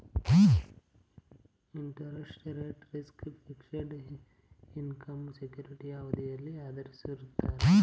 interest rate risk, fixed income ಸೆಕ್ಯೂರಿಟಿಯ ಅವಧಿಯನ್ನು ಆಧರಿಸಿರುತ್ತದೆ